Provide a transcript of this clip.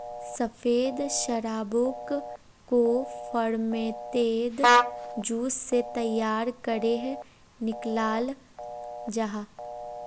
सफ़ेद शराबोक को फेर्मेंतेद जूस से तैयार करेह निक्लाल जाहा